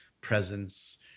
presence